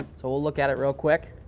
so we'll look at it real quick.